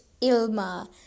Ilma